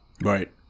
Right